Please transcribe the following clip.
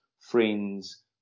friends